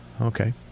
Okay